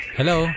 Hello